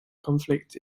conflict